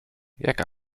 jak